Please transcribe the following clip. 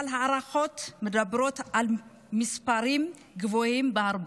אבל ההערכות מדברות על מספרים גבוהים בהרבה.